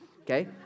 okay